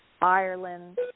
Ireland